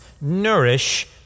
nourish